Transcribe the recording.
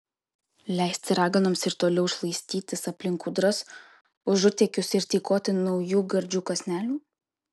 leisti raganoms ir toliau šlaistytis aplink kūdras užutėkius ir tykoti naujų gardžių kąsnelių